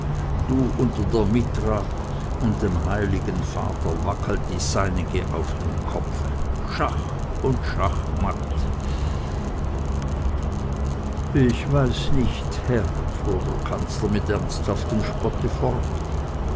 du unter der mitra und dem heiligen vater wackelt die seinige auf dem kopfe schach und schachmatt ich weiß nicht herr fuhr der kanzler mit ernsthaftem spotte fort